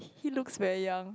he looks very young